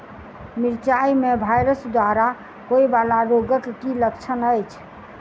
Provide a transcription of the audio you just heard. मिरचाई मे वायरस द्वारा होइ वला रोगक की लक्षण अछि?